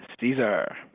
Caesar